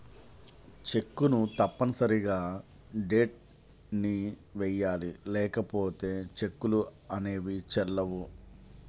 చెక్కును తప్పనిసరిగా డేట్ ని వెయ్యాలి లేకపోతే చెక్కులు అనేవి చెల్లవు